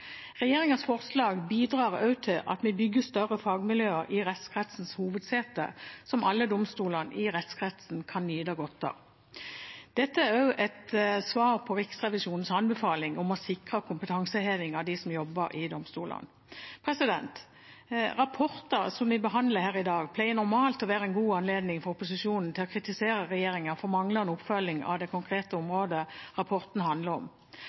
forslag bidrar også til at vi bygger større fagmiljøer i rettskretsens hovedsete som alle domstolene i rettskretsen kan nyte godt av. Dette er også et svar på Riksrevisjonens anbefaling om å sikre kompetanseheving for dem som jobber i domstolene. Rapporter som vi behandler her i dag, pleier normalt å være en god anledning for opposisjonen til å kritisere regjeringen for manglende oppfølging av det konkrete området rapporten handler om.